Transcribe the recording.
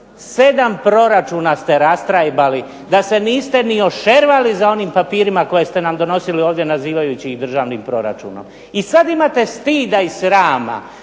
Sedam proračuna ste rastrajbali da se niste ni ošervali za onim papirima koje ste nam donosili ovdje nazivajući ih državnim proračunom. I sad imate stida i srama